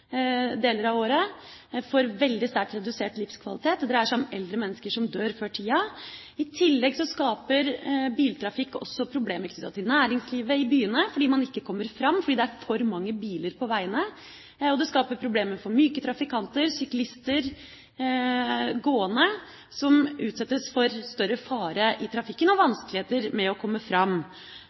deler av året og får veldig redusert livskvalitet, og det dreier seg om eldre mennesker som dør før tida. I tillegg skaper biltrafikk også problemer knyttet til næringslivet i byene, fordi man ikke kommer fram fordi det er for mange biler på veiene. Og det skaper problemer for myke trafikanter – syklister og gående – som utsettes for større fare i trafikken og har vanskeligheter med å komme fram.